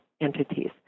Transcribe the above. entities